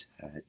touch